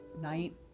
night